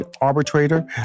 arbitrator